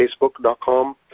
Facebook.com